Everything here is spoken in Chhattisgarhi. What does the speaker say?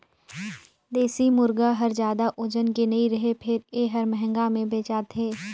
देसी मुरगा हर जादा ओजन के नइ रहें फेर ए हर महंगा में बेचाथे